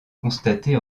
constatée